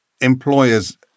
employers